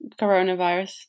coronavirus